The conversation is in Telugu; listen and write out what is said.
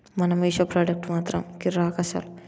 మన మీషో ప్రోడక్ట్ మాత్రం కిరాక్ అస్సలు